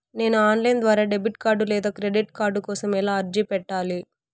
నేను online ద్వారా debit card లేదా క్రెడిట్ కార్డు కోసం ఎలా అర్జీ పెట్టాలి?